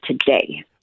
today